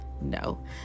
no